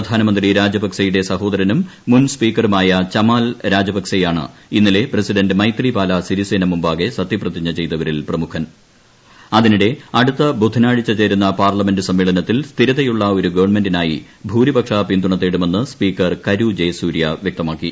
പ്രധാനമന്ത്രി രാജപക്സേയുടെ സഹോദരനും മുൻ സ്പീക്കറുമായ ചമാൽ രാജപക്സേയാണ് ഇന്നലെ പ്രസിഡന്റ് മൈത്രിപാല സിരിസേന മുമ്പാകെ സത്യപ്രതിജ്ഞ ചെയ്തവരിൽ പ്രമുഖൻ അതിനിടെ അടുത്ത ബുധനാഴ്ച ചേരുന്നപാർലമെന്റിൽ സമ്മേളനത്തിൽ സ്ഥിരതയുളള ഒരു ഗുവൺമെന്റിനായി ഭൂരിപക്ഷ പിൻതുണ തേടുമെന്ന് സ്പ്രീക്കർ കരു ജയസൂര്യ വൃക്തമാക്കി